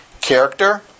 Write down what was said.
character